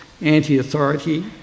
anti-authority